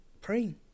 praying